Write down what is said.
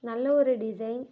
நல்ல ஒரு டிசைன்